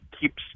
keeps